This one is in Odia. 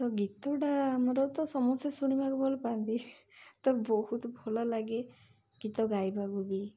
ତ ଗୀତଟା ଆମର ତ ସମସ୍ତେ ଶୁଣିବାକୁ ଭଲ ପାଆନ୍ତି ତ ବହୁତ ଭଲ ଲାଗେ ଗୀତ ଗାଇବାକୁ ବି